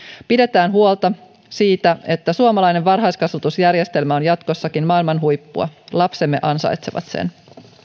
pidetään huolta siitä että suomalainen varhaiskasvatusjärjestelmä on jatkossakin maailman huippua lapsemme ansaitsevat sen